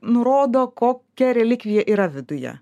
nurodo kokia relikvija yra viduje